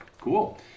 Cool